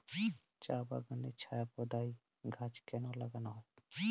চা বাগানে ছায়া প্রদায়ী গাছ কেন লাগানো হয়?